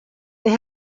they